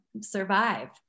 survive